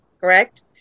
correct